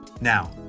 Now